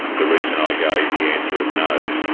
the reason i gave the answer of no,